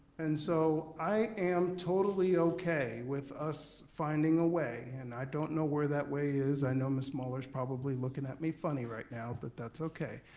and so i am totally okay with us finding a way, and i don't know where that way is. i know ms. muller's probably looking at me funny right now but that's okay.